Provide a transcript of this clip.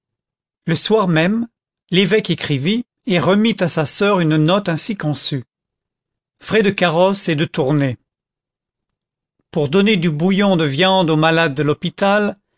le soir même l'évêque écrivit et remit à sa soeur une note ainsi conçue frais de carrosse et de tournées pour donner du bouillon de viande aux malades de l'hôpital